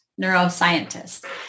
Neuroscientist